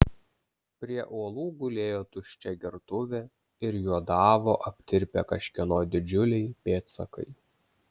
prie uolų gulėjo tuščia gertuvė ir juodavo aptirpę kažkieno didžiuliai pėdsakai